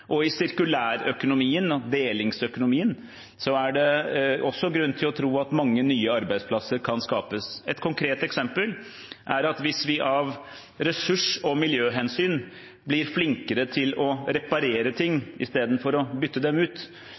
I sirkulærøkonomien og delingsøkonomien er det også grunn til å tro at mange nye arbeidsplasser kan skapes. Et konkret eksempel er at hvis vi av ressurs- og miljøhensyn blir flinkere til å reparere ting istedenfor å bytte dem ut